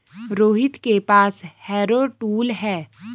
रोहित के पास harrow tool है